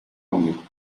amigo